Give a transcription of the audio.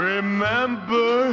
Remember